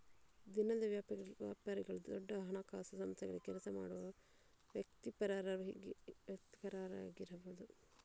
ದಿನದ ವ್ಯಾಪಾರಿಗಳು ದೊಡ್ಡ ಹಣಕಾಸು ಸಂಸ್ಥೆಗಳಲ್ಲಿ ಕೆಲಸ ಮಾಡುವ ವೃತ್ತಿಪರರಾಗಿರಬಹುದು